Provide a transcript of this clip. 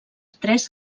tres